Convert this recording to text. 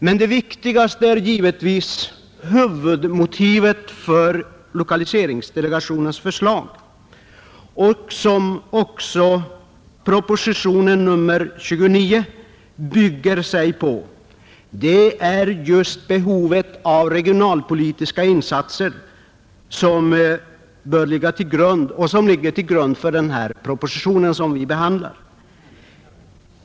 Men det viktigaste är givetvis huvudmotivet för lokaliseringsdelegationens förslag som också proposition nr 29 bygger på. Det är just behovet av regionalpolitiska insatser som bör ligga till grund — och som ligger till grund — för den proposition vi nu behandlar.